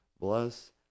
bless